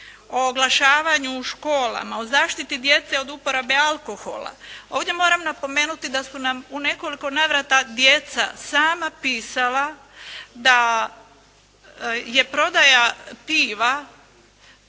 o oglašavanju u školama, o zaštiti djece od uporabe alkohola. Ovdje moram napomenuti da su nam u nekoliko navrata djeca sama pisala da je prodaja piva